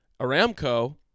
aramco